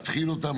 להתחיל אותם,